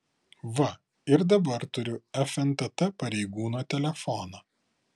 va ir dabar turiu fntt pareigūno telefoną